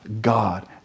God